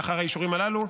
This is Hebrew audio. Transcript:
לאחר האישורים הללו,